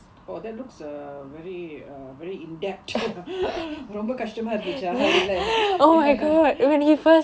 oh that looks uh very uh very in-depth ரொம்ப கஷ்டமா இருந்துச்சா:romba kashtamaa irundhuchaa இல்ல:illa